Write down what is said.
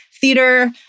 theater